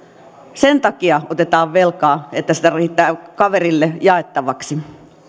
sen takia otetaan velkaa että sitä riittää kaverille jaettavaksi